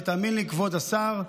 ותאמין לי, כבוד השר,